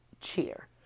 Cheer